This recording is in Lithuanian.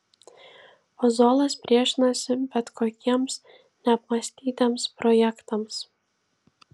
ozolas priešinosi bet kokiems neapmąstytiems projektams